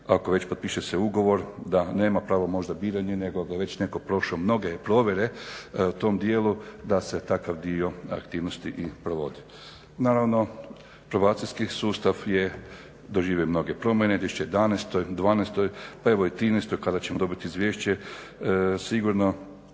ako već potpiše se ugovor da nema pravo možda biranja nego ako je već netko prošao mnoge provjere u tom dijelu da se takav dio aktivnosti i provodi. Naravno probacijski sustav je doživio mnoge promjene u 2011., '12., pa evo i '13. kada ćemo dobiti izvješće sigurno